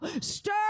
Stir